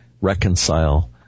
reconcile